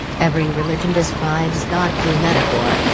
every religion describes god through metaphor,